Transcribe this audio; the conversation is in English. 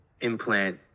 implant